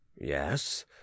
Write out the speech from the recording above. yes